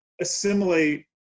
assimilate